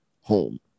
home